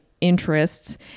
interests